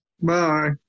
Bye